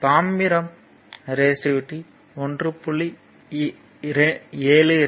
தாமிரம் ரெசிஸ்டிவிட்டி 1